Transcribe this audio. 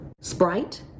Sprite